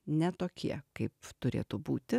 ne tokie kaip turėtų būti